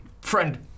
friend